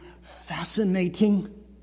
fascinating